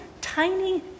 tiny